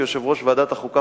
כיושב-ראש ועדת החוקה,